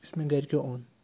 یُس مےٚ گرکیو اوٚن